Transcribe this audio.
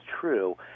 true